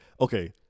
okay